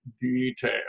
detail